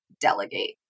delegate